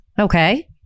Okay